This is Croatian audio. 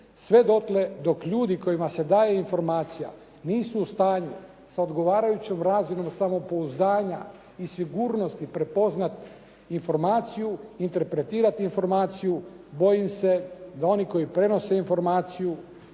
Sve dotle dok ljudima kojima se daje informacija nisu u stanju sa odgovarajućom razinom samopouzdanja i sigurnosti prepoznati informaciju, interpretirati informaciju, bojim se da oni koji prenose informaciju